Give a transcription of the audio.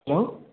hello